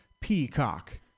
Peacock